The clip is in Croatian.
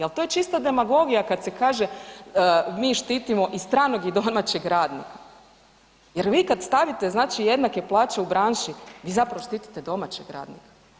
Al to je čista demagogija kad se kaže mi štitimo i stranog i domaćeg radnika, jer vi kad stavite znači jednake plaće u branši, vi zapravo štitite domaćeg radnika.